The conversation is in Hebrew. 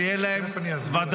שתהיה להן ודאות,